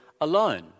alone